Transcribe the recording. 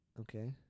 Okay